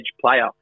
player